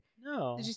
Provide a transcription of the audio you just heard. No